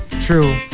True